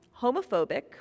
homophobic